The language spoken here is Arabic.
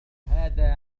هذا